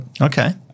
Okay